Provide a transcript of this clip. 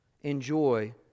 enjoy